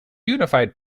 unified